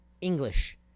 english